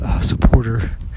supporter